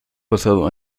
pasado